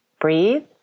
Breathe